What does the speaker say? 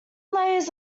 layers